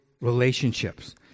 relationships